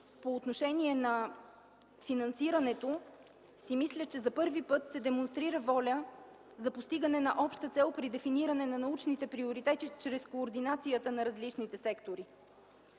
по отношение на финансирането си мисля, че за първи път се демонстрира воля за постигане на обща цел при дефиниране на научните приоритети чрез координацията на различните сектори.